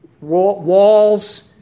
Walls